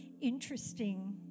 interesting